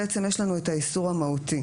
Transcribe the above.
כאן יש לנו את האיסור המהותי,